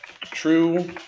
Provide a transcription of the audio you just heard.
True